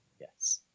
Yes